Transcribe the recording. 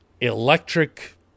electric